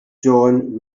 john